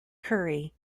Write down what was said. curry